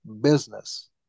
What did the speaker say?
business